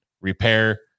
repair